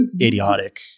idiotic